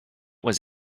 was